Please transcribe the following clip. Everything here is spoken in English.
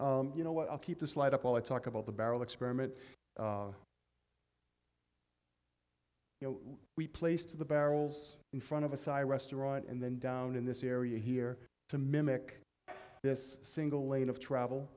thing you know what i'll keep the slide up all the talk about the barrel experiment you know we place to the barrels in front of a sigh restaurant and then down in this area here to mimic this single lane of travel